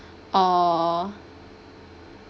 or